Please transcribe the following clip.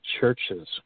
churches